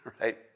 Right